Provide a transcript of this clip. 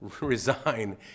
resign